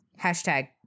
hashtag